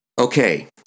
Okay